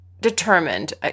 determined